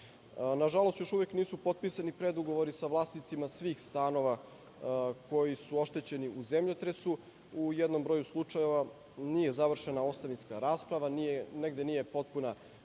vrtić. Nažalost, još uvek nisu potpisani predugovori sa vlasnicima svih stanova koji su oštećeni u zemljotresu, u jednom broju slučajeva nije završena ostavinska rasprava, negde nije potpuna